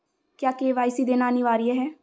क्या के.वाई.सी देना अनिवार्य है?